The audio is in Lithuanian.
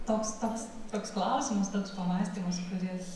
toks toks toks klausimas toks pamąstymas kuris